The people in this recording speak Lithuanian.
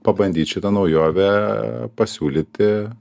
pabandyti šitą naujovę pasiūlyti